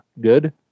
good